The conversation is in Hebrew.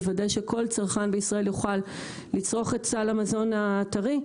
לוודא שכל צרכן בישראל יוכל לצרוך את סל המזון הטרי,